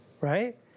right